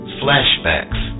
flashbacks